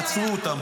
עצרו אותם.